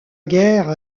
guerre